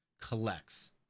collects